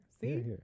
See